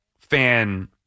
fan